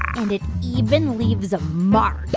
and it even leaves a mark.